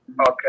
Okay